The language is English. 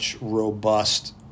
robust